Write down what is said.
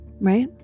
right